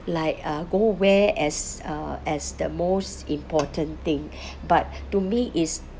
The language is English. like uh go where as uh as the most important thing but to me it's